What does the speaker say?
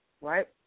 right